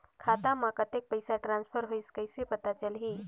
खाता म कतेक पइसा ट्रांसफर होईस कइसे पता चलही?